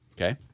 Okay